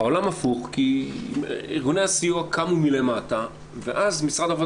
העולם הפוך כי ארגוני הסיוע קמו מלמטה ואז משרד העבודה